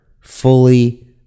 fully